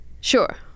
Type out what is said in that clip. Sure